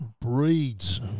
breeds